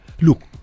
Look